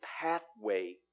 pathway